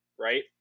right